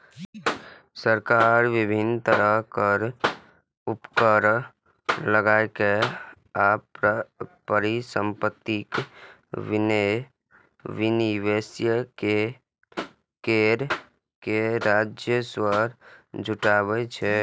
सरकार विभिन्न तरहक कर, उपकर लगाके आ परिसंपत्तिक विनिवेश कैर के राजस्व जुटाबै छै